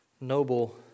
noble